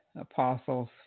apostles